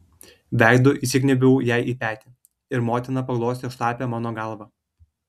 veidu įsikniaubiau jai į petį ir motina paglostė šlapią mano galvą